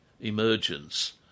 emergence